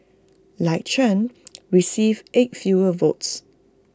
like Chen received eight fewer votes